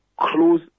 close